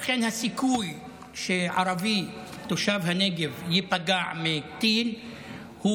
לכן הסיכוי שערבי תושב הנגב ייפגע מטיל הוא